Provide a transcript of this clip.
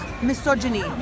Misogyny